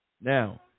Now